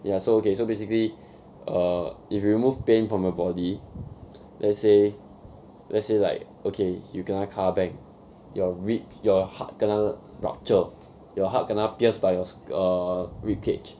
ya so okay so basically err if you remove pain from your body let's say let's say like okay you kena car bang your rib your heart kena rupture your heart kena pierce by your sk~ err ribcage